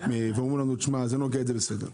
ואומרת שזה נוגד את זה, זה בסדר,